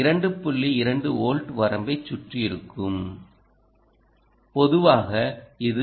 2 volt வரம்பைச் சுற்றி இருக்கும் இது பொதுவாக 3